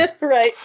right